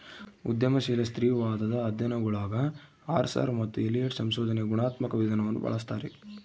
ಉದ್ಯಮಶೀಲ ಸ್ತ್ರೀವಾದದ ಅಧ್ಯಯನಗುಳಗಆರ್ಸರ್ ಮತ್ತು ಎಲಿಯಟ್ ಸಂಶೋಧನೆಯ ಗುಣಾತ್ಮಕ ವಿಧಾನವನ್ನು ಬಳಸ್ತಾರೆ